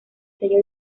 sello